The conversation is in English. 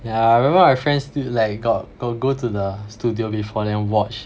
yeah I remember my friends still like go~ got go to the studio before then watch